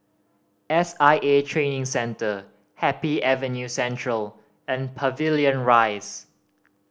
S I A Training Centre Happy Avenue Central and Pavilion Rise